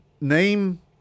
Name